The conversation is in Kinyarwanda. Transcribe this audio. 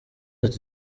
ati